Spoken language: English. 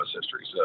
history